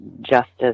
justice